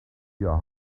your